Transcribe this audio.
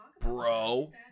Bro